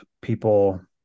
people